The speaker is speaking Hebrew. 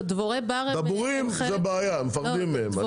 דבורים זה בעיה, מפחדים מהם.